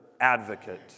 advocate